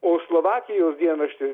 o slovakijos dienrašti